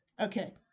Okay